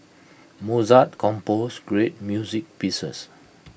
Mozart composed great music pieces